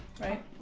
Right